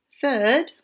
Third